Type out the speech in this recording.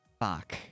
fuck